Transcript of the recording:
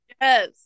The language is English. Yes